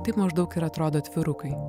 taip maždaug ir atrodo atvirukai